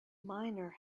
miner